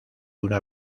una